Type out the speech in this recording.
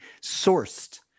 sourced